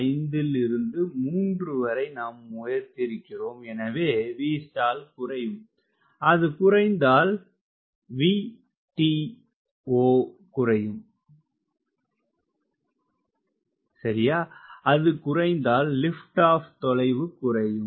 5 ல் இருந்து 3 வரை நாம் உயர்த்தியிருக்கிறோம் எனவே 𝑉stall குறையும் அது குறைந்தால் VTOகுறையும் அது குறைந்தால் லிப்ட் ஆப் தொலைவு குறையும்